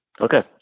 Okay